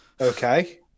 Okay